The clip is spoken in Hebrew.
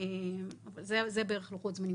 אלה בערך לוחות הזמנים.